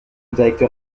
directeur